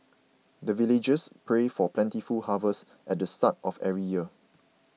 the villagers pray for plentiful harvest at the start of every year